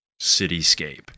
cityscape